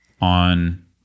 on